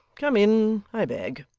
come in, i beg